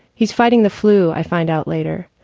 he's fighting the flu. i find out later.